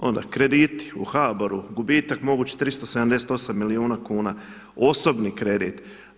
Onda krediti u HBOR-u, gubitak mogući 378 milijuna kuna osobni kredit.